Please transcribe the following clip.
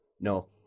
No